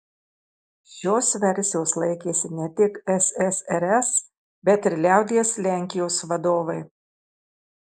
šios versijos laikėsi ne tik ssrs bet ir liaudies lenkijos vadovai